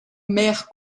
mère